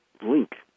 link